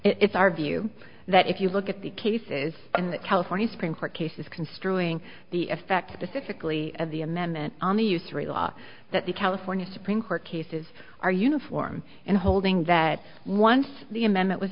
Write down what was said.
i it's our view that if you look at the cases in california supreme court cases construing the effect pacifically of the amendment on the u three law that the california supreme court cases are uniform and holding that once the amendment was